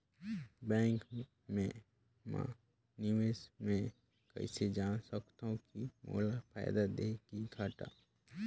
Bank मे मैं निवेश मे कइसे जान सकथव कि मोला फायदा होही कि घाटा?